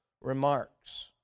remarks